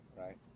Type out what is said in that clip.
right